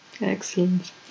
Excellent